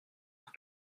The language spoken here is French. pour